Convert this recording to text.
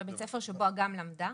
בבית הספר שבו אגם למדה.